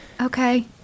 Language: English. Okay